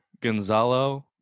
Gonzalo